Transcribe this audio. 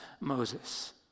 Moses